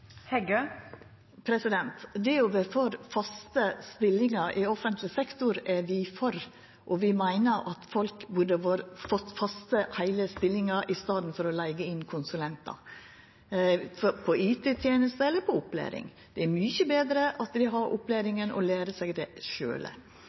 er for faste stillingar i offentleg sektor, og vi meiner at folk burde fått faste, heile stillingar i staden for at ein leiger inn konsulentar til IT-tenester eller til opplæring. Det er mykje betre at dei sjølve har